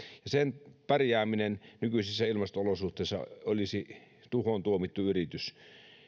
sen pärjääminen nykyisissä ilmasto olosuhteissa olisi tuhoon tuomittu yritys